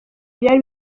byari